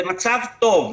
במצב טוב,